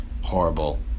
horrible